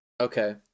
Okay